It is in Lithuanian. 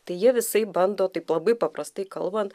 tai jie visaip bando taip labai paprastai kalbant